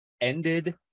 ended